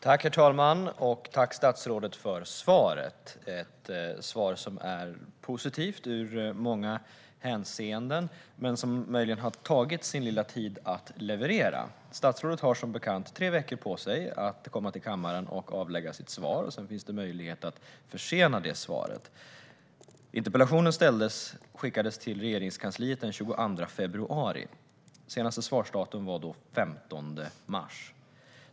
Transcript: Herr talman! Tack, statsrådet, för svaret! Det är ett svar som är positivt i många hänseenden men som det har tagit sin lilla tid att leverera. Statsråd har som bekant tre veckor på sig att komma till kammaren och avge sitt svar. Det finns möjlighet att försena det svaret. Interpellationen skickades till Regeringskansliet den 22 februari. Senaste svarsdatum var alltså den 15 mars.